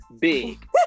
big